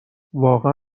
واقعا